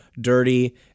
dirty